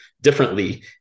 differently